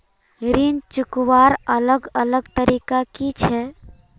ऋण चुकवार अलग अलग तरीका कि छे?